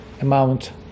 amount